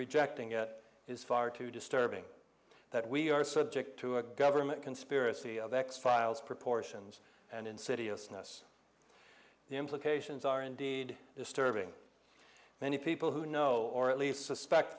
rejecting it is far too disturbing that we are subject to a government conspiracy of x files proportions and insidiousness the implications are indeed disturbing many people who know or at least suspect